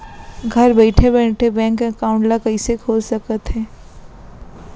घर बइठे बइठे बैंक एकाउंट ल कइसे खोल सकथे?